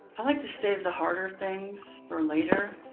i like to save the harder things for later.